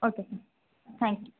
okay thank you